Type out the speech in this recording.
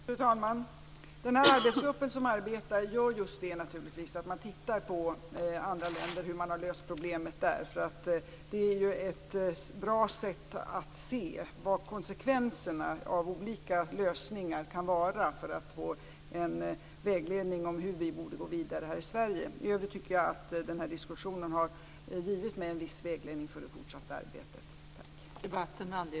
Fru talman! Den här arbetsgruppen gör naturligtvis just det: tittar på hur man har löst problemet i andra länder. Det är ju ett bra sätt att se vilka konsekvenser olika lösningar kan medföra och därmed få en vägledning om hur vi borde gå vidare här i Sverige. I övrigt tycker jag att den här diskussionen har givit mig en viss vägledning för det fortsatta arbetet. Tack!